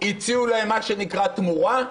הציעו להם מה שנקרא, תמורה,